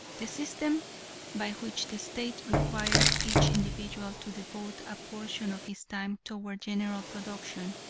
the system by which the state required each individual to devote a portion of his time toward general production,